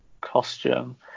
costume